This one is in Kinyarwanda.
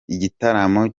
igitaramo